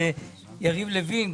יריב לוין,